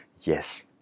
yes